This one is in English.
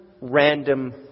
random